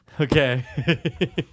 Okay